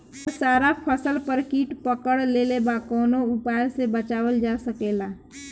हमर सारा फसल पर कीट पकड़ लेले बा कवनो उपाय से बचावल जा सकेला?